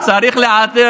סמי, מי רצח את הערבים